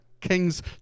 Kings